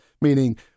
meaning